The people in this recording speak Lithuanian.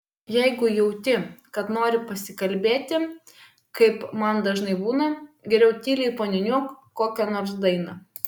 jeigu jauti kad nori pasikalbėti kaip man dažnai būna geriau tyliai paniūniuok kokią nors dainą